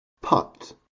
put